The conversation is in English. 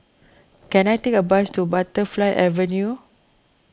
can I take a bus to Butterfly Avenue